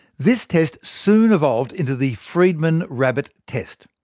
this test soon evolved into the friedman rabbit test.